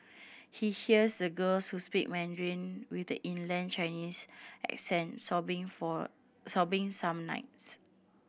he hears the girls who speak Mandarin with the inland Chinese accents sobbing for sobbing some nights